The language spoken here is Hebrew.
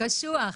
זה קשוח.